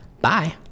Bye